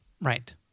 Right